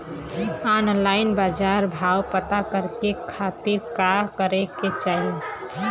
Online बाजार भाव पता करे के खाती का करे के चाही?